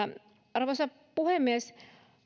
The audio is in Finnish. arvoisa puhemies